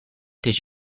did